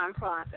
nonprofit